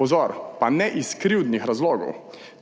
Pozor, pa ne iz krivdnih razlogov,